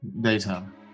Daytime